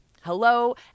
Hello